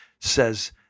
says